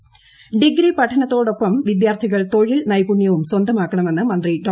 Jaleel degree പഠനത്തോടൊപ്പം വിദ്യാർഥികൾ കൃതൊഴിൽ നൈപുണ്യവും സ്വന്തമാക്കണമെന്ന് മന്ത്രി ഡോ